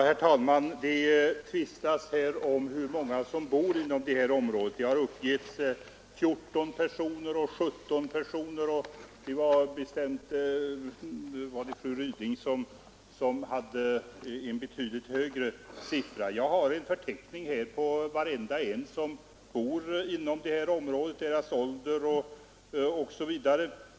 Herr talman! Det tvistas här om hur många människor som bor inom det berörda området. Det har uppgivits att där bor 14—17 personer, men jag tror att fru Ryding nämnde ett betydligt större antal. Jag har här en förteckning där varenda person som bor inom området finns upptagen med uppgift om ålder, osv.